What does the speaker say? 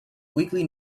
weekly